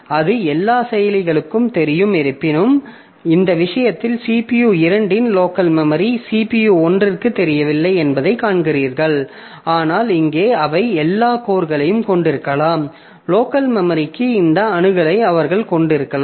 அது எல்லா செயலிகளுக்கும் தெரியும் இருப்பினும் இந்த விஷயத்தில் CPU 2 இன் லோக்கல் மெமரி CPU 1 க்குத் தெரியவில்லை என்பதை காண்கிறீர்கள் ஆனால் இங்கே அவை எல்லா கோர்களையும் கொண்டிருக்கலாம் லோக்கல் மெமரிக்கு இந்த அணுகலை அவர்கள் கொண்டிருக்கலாம்